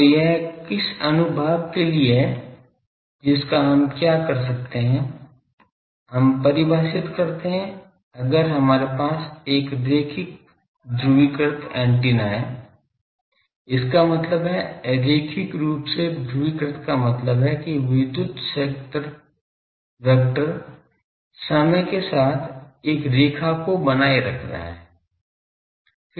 तो यह किस अनुभाग के लिए है जिसका हम क्या कर सकते हैं हम परिभाषित करते हैं अगर हमारे पास एक रैखिक ध्रुवीकृत एंटीना है इसका मतलब है रैखिक रूप से ध्रुवीकृत का मतलब है कि विद्युत क्षेत्र वेक्टर समय के साथ एक रेखा को बनाए रख रहा है